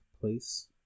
place